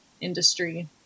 industry